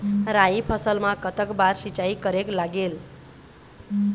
राई फसल मा कतक बार सिचाई करेक लागेल?